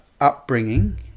upbringing